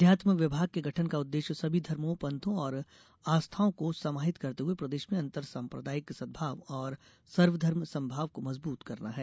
अध्यात्म विभाग के गठन का उद्देश्य सभी धर्मों पंथों और आस्थाओं को समाहित करते हुए प्रदेश में अंतर साम्प्रदायिक सदभाव और सर्वधर्म समभाव को मजबूत करना है